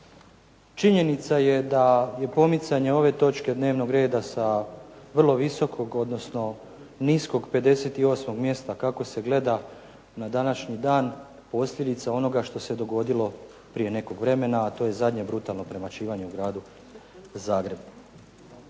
Činjenica je da je pomicanje ove točke dnevnog reda sa vrlo visokog, odnosno niskog 58. mjesta kako se gleda na današnji dan posljedica onoga što se dogodilo prije nekog vremena, a to je zadnje brutalno premlaćivanje u gradu Zagrebu.